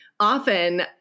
often